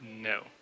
No